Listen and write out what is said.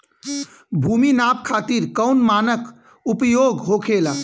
भूमि नाप खातिर कौन मानक उपयोग होखेला?